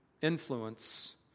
influence